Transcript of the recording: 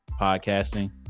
podcasting